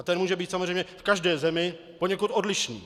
Ten může být samozřejmě v každé zemi poněkud odlišný.